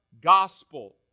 gospel